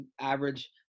average